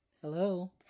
hello